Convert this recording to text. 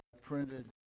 printed